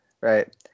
right